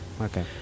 Okay